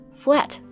flat